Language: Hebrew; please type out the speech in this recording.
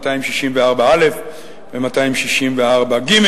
264א ו-264ג,